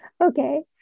Okay